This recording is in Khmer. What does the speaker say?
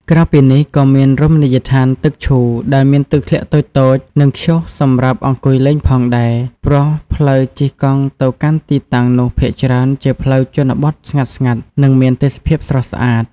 ក្រៅពីនេះក៏មានរមណីយដ្ឋានទឹកឈូ ដែលមានទឹកធ្លាក់តូចៗ និងក្យូសសម្រាប់អង្គុយលេងផងដែរ ព្រោះផ្លូវជិះកង់ទៅកាន់ទីតាំងនោះភាគច្រើនជាផ្លូវជនបទស្ងាត់ៗ និងមានទេសភាពស្រស់ស្អាត។